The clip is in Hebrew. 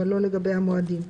אבל לא לגבי המועדים.